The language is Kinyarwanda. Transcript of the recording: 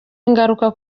ingaruka